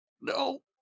No